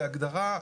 בהגדרה,